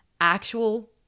actual